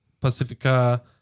Pacifica